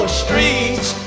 streets